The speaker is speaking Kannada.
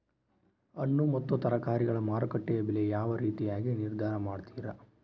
ಹಣ್ಣು ಮತ್ತು ತರಕಾರಿಗಳ ಮಾರುಕಟ್ಟೆಯ ಬೆಲೆ ಯಾವ ರೇತಿಯಾಗಿ ನಿರ್ಧಾರ ಮಾಡ್ತಿರಾ?